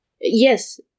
Yes